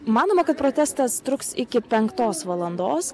manoma kad protestas truks iki penktos valandos